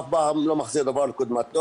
אף פעם לא מחזיר דבר לקודמתו,